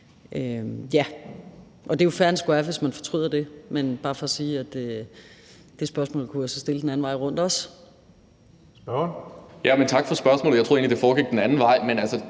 er jo fair and square, hvis man fortryder det, men det er bare for at sige, at det spørgsmål kunne jeg så også stille den anden vej rundt.